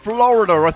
Florida